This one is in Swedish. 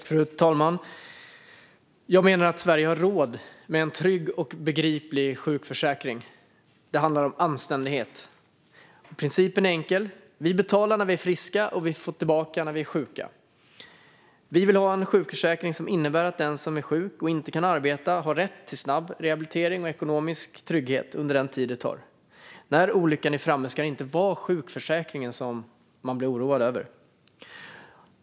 Fru talman! Jag menar att Sverige har råd med en trygg och begriplig sjukförsäkring. Det handlar om anständighet. Principen är enkel: Vi betalar när vi är friska, och vi får tillbaka när vi är sjuka. Vi vill ha en sjukförsäkring som innebär att den som är sjuk och inte kan arbeta har rätt till snabb rehabilitering och ekonomisk trygghet under den tid detta tar. När olyckan är framme ska det inte vara sjukförsäkringen som man blir oroad över.